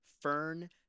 Fern